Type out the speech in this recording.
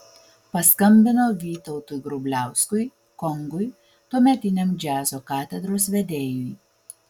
paskambino vytautui grubliauskui kongui tuometiniam džiazo katedros vedėjui